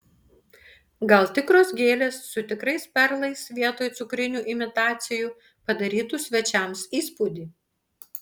gal tikros gėlės su tikrais perlais vietoj cukrinių imitacijų padarytų svečiams įspūdį